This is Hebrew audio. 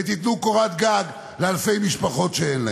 ותיתנו קורת גג לאלפי משפחות שאין להן.